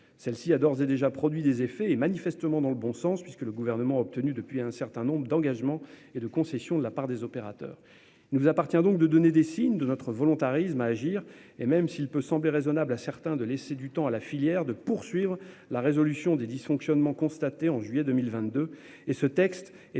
Celle-ci a d'ores et déjà produit des effets, manifestement dans le bon sens, puisque le Gouvernement a obtenu un certain nombre d'engagements et de concessions de la part des opérateurs. Il nous appartient donc de donner des signes de notre volonté d'agir. À cet égard, et même si certains peuvent juger raisonnable de laisser du temps à la filière pour poursuivre la résolution des dysfonctionnements constatés en juillet 2022, ce texte est